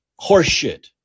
horseshit